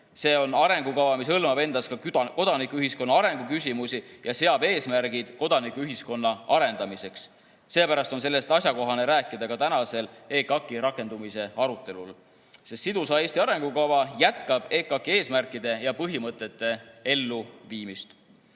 See on arengukava, mis hõlmab endas kodanikuühiskonna arengu küsimusi ja seab eesmärgid kodanikuühiskonna arendamiseks. Seepärast on sellest asjakohane rääkida ka tänasel EKAK-i rakendamise arutelul, sest sidusa Eesti arengukava jätkab EKAK-i eesmärkide ja põhimõtete elluviimist.